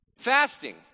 Fasting